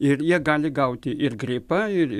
ir jie gali gauti ir gripą ir